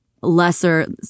lesser